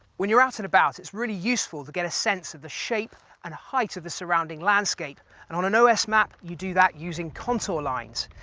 when you're out and about its really useful to get a sense of the shape and height of the surrounding landscape and on an os map you do that using contour lines.